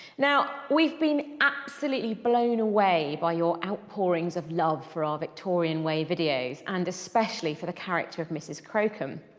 now we've been absolutely blown away by your outpourings of love for our victorian way videos and especially for the character of mrs crocombe.